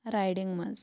riding منٛز